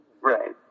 Right